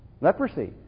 leprosy